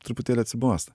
truputėlį atsibosta